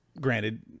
Granted